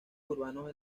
urbanos